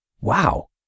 Wow